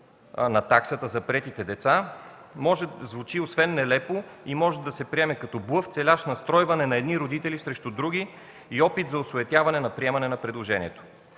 на таксата за приетите деца, освен че звучи нелепо, може да се приеме като блъф, целящ настройване на едни родители срещу други и опит за осуетяване на приемане на предложението.